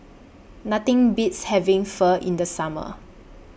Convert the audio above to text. Nothing Beats having Pho in The Summer